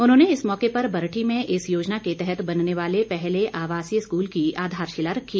उन्होंने इस मौके पर बरठी में इस योजना के तहत बनने वाले पहले आवासीय स्कूल की आधारशिला रखी